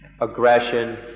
aggression